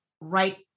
right